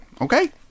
Okay